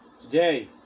Today